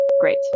Great